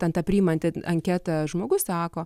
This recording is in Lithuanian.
ten tą priimantį anketą žmogus sako